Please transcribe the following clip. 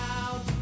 out